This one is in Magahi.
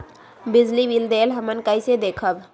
बिजली बिल देल हमन कईसे देखब?